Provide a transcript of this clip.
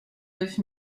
neuf